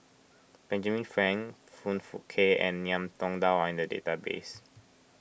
Benjamin Frank Foong Fook Kay and Ngiam Tong Dow are in the database